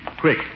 quick